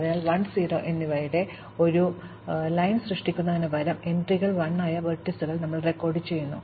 അതിനാൽ 1 0 എന്നിവയുടെ ഒരു വരി സൂക്ഷിക്കുന്നതിനുപകരം ആ എൻട്രികൾ 1 ആയ ആ വെർട്ടീസുകൾ ഞങ്ങൾ റെക്കോർഡുചെയ്യുന്നു